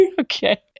Okay